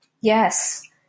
Yes